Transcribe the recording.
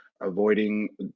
avoiding